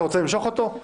אתה רוצה למשוך אותו?